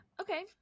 okay